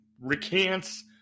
recants